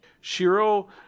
Shiro